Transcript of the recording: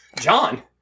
John